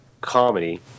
comedy